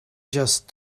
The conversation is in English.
just